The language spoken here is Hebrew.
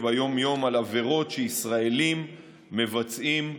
ביום-יום על עבירות שישראלים מבצעים בחו"ל.